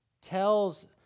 tells